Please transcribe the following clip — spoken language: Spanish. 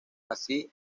así